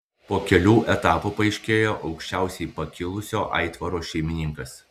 po kelių etapų paaiškėjo aukščiausiai pakilusio aitvaro šeimininkas